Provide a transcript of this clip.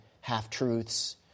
half-truths